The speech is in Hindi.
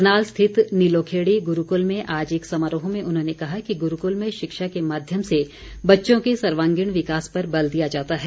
करनाल स्थित नीलोखेड़ी गुरूकल में आज एक समारोह में उन्होंने कहा कि गुरूकुल में शिक्षा के माध्यम से बच्चों के सर्वागीण विकास पर बल दिया जाता है